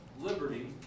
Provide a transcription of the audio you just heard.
liberty